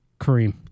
Kareem